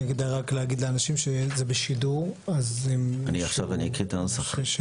אני רק רוצה להגיד לאנשים: אם יש לכם משהו